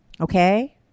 Okay